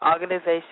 organization